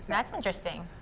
that's interesting.